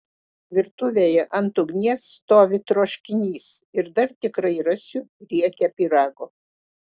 virtuvėje ant ugnies stovi troškinys ir dar tikrai rasiu riekę pyrago